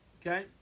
okay